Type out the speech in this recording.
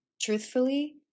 truthfully